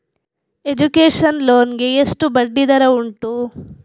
Education loan ಗೆ ಎಷ್ಟು ಬಡ್ಡಿ ದರ ಉಂಟು?